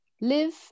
live